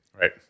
Right